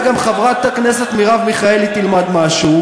גם חברת הכנסת מרב מיכאלי תלמד משהו,